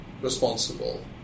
responsible